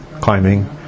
climbing